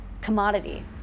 commodity